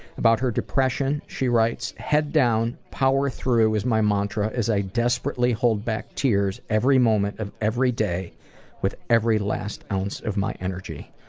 about her depression, she writes, head down, power through is my mantra as i desperately hold back tears every moment of every day with every last ounce of my energy.